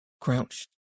crouched